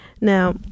Now